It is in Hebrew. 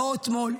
לא אתמול,